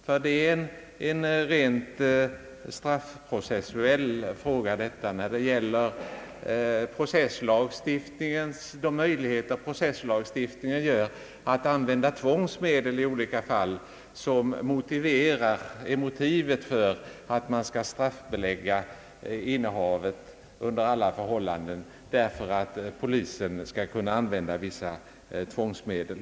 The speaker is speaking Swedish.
Här gäller det en rent straffprocessuell fråga, de möjligheter lagstiftningen ger att använda tvångsmedel i olika fall. Motivet för att under alla förhållanden straffbelägga innehav av narkotika är att polisen skall kunna använda vissa tvångsmedel.